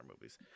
movies